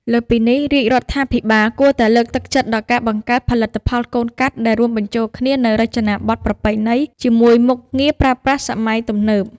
លើសពីនេះ រាជរដ្ឋាភិបាលគួរតែលើកទឹកចិត្តដល់ការបង្កើតផលិតផលកូនកាត់ ដែលរួមបញ្ចូលគ្នានូវរចនាបថប្រពៃណីជាមួយមុខងារប្រើប្រាស់សម័យទំនើប។